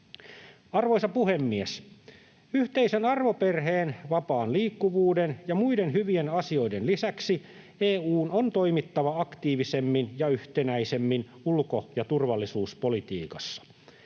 Arvoisa puhemies! Yhteisen arvoperheen, vapaan liikkuvuuden ja muiden hyvien asioiden lisäksi EU:n on toimittava aktiivisemmin ja yhtenäisemmin ulko- ja turvallisuuspolitiikassa.